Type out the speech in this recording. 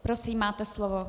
Prosím, máte slovo.